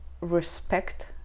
respect